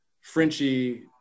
Frenchie